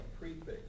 prefix